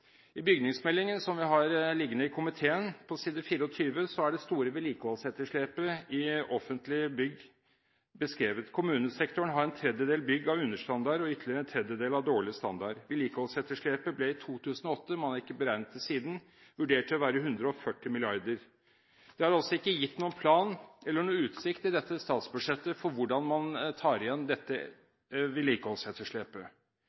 I bygningsmeldingen – som vi har liggende i komiteen – på side 24 er det store vedlikeholdsetterslepet på offentlige bygg beskrevet. Kommunesektoren har en tredjedel bygg av understandard og ytterligere en tredjedel av dårlig standard. Vedlikeholdsetterslepet ble i 2008 – man har ikke beregnet det siden – vurdert til å være på 140 mrd. kr. Det er altså ikke gitt noen plan, eller noen utsikt, i dette statsbudsjettet for hvordan man tar igjen